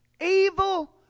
Evil